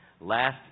last